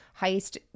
heist